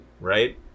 right